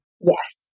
Yes